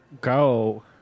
go